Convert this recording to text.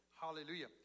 Hallelujah